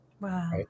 Wow